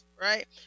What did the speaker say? right